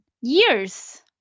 years